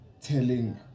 telling